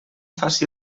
faci